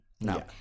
No